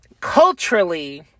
culturally